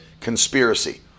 conspiracy